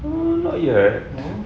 not yet